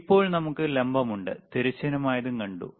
ഇപ്പോൾ നമുക്ക് ലംബമുണ്ട് തിരശ്ചീനമായതും കണ്ടു